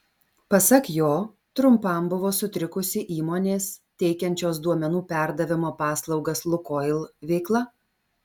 pasak jo trumpam buvo sutrikusi įmonės teikiančios duomenų perdavimo paslaugas lukoil veikla